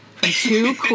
two